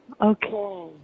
Okay